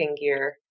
gear